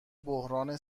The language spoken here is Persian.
بحران